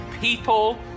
people